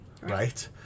Right